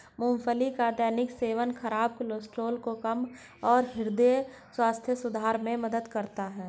मूंगफली का दैनिक सेवन खराब कोलेस्ट्रॉल को कम, हृदय स्वास्थ्य सुधार में मदद करता है